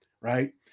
right